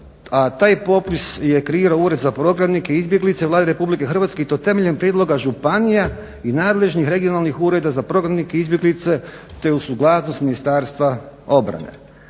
taj popis je kreirao Ured za prognanike i izbjeglice Vlade RH i to temeljem prijedloga županija i nadležnih regionalnih ureda za prognanike i izbjeglice te uz suglasnost Ministarstva obrane.